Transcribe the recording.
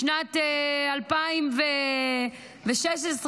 בשנת 2016,